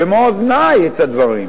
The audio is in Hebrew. במו אוזני את הדברים.